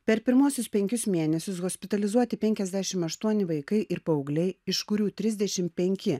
per pirmuosius penkis mėnesius hospitalizuoti penkiasdešim aštuoni vaikai ir paaugliai iš kurių trisdešim penki